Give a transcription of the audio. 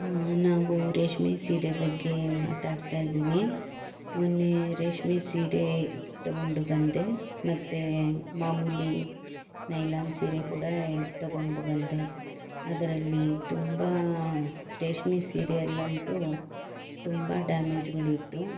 ನಾವು ರೇಷ್ಮೆ ಸೀರೆ ಬಗ್ಗೆ ಮಾತಾಡ್ತಾ ಇದ್ದೀನಿ ಮೊನ್ನೆ ರೇಷ್ಮೆ ಸೀರೆ ತಗೊಂಡು ಬಂದೆ ಮತ್ತು ಮಾಮೂಲಿ ನೈಲಾನ್ ಸೀರೆ ಕೂಡ ತಗೊಂಡು ಬಂದೆ ಅದರಲ್ಲಿ ತುಂಬ ರೇಷ್ಮೆ ಸೀರೆಯಲ್ಲಂತೂ ತುಂಬ ಡ್ಯಾಮೇಜ್ಗಳಿತ್ತು